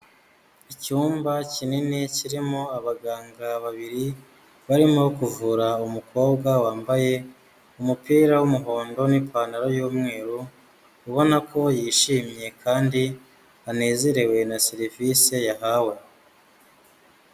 Icyumba kinini kirimo abaganga babiri barimo kuvura umukobwa wambaye umupira w'umuhondo n'ipantaro y'umweru, ubona ko yishimye kandi anezerewe na serivisi yahawe.